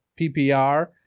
PPR